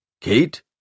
Kate